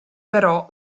però